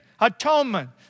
atonement